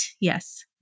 Yes